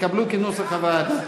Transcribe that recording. התקבלו כנוסח הוועדה,